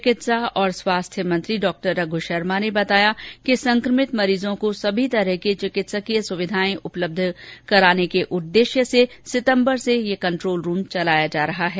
चिकित्सा और स्वास्थ्य मंत्री डॉ रघु शर्मा ने बताया कि संक्रमित मरीजों को सभी तरह की चिकित्सकीय सुविधाएं उपलब्ध कराने के उददेश्य से सितंबर से ये कंट्रोल रूम चलाया जा रहा है